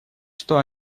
что